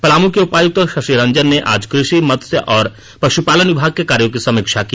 पलामू के उपायुक्त शशिरंजन ने आज कृषि मतस्य और पशुपालन विभाग के कार्यो की समीक्षा की